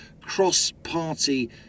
cross-party